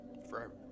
forever